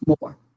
more